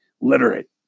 literate